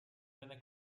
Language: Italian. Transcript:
venne